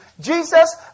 Jesus